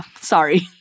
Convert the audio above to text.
Sorry